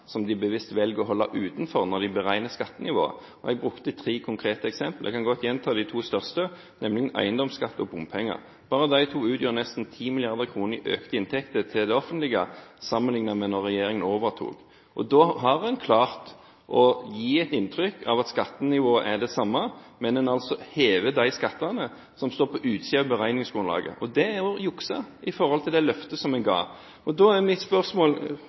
de bevisst å holde utenfor når de beregner skattenivået. Jeg brukte tre konkrete eksempler. Jeg kan godt gjenta de to største, nemlig eiendomsskatt og bompenger. Bare de to utgjør nesten 10 mrd. kr i økte inntekter til det offentlige, sammenliknet med da regjeringen overtok. Da har man klart å gi et inntrykk av at skattenivået er det samme. Men man har hevet de skattene som står på utsiden av beregningsgrunnlaget. Det er å jukse i forhold til det løftet som man ga. Da er mitt spørsmål,